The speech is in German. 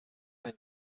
ein